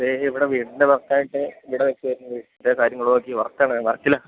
ദേ ഇവിടെ വീടിൻ്റെ വർക്ക് ആയിട്ട് ഇവിടെ നിൽക്കുവായിരുന്നു വീടിൻ്റെ കാര്യങ്ങൾ നോക്കി വർക്ക് ആണ് വർക്കിലാ